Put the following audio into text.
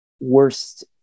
worst